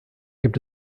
gibt